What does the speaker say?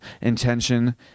intention